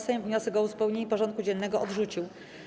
Sejm wniosek o uzupełnienie porządku dziennego odrzucił.